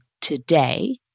today